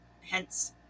hence